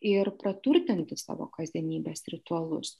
ir praturtinti savo kasdienybės ritualus